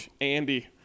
Andy